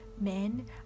men